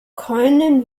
können